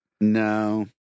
No